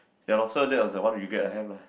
ya lor so that was the one regret I have lah